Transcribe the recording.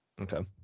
Okay